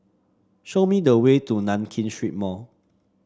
show me the way to Nankin Street Mall